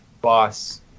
boss